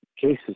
cases